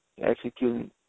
executing